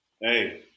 Hey